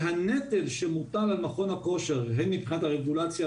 והנטל שמוטל על מכון הכושר הן מבחינת הרגולציה,